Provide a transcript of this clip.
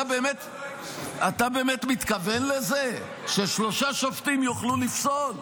אתה באמת מתכוון לזה ששלושה שופטים יוכלו לפסול?